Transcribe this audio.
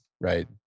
right